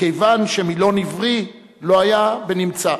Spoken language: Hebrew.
מכיוון שמילון עברי לא היה בנמצא.